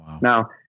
Now